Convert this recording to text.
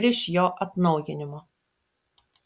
ir iš jo atnaujinimo